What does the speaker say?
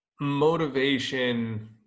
motivation